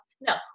No